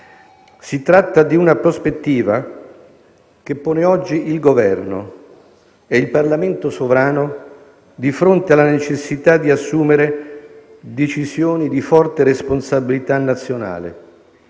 Si tratta di una prospettiva che pone oggi il Governo e il Parlamento sovrano di fronte alla necessità di assumere decisioni di forte responsabilità nazionale,